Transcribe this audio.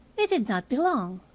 it did not belong.